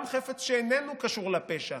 גם חפץ שאיננו קשור לפשע,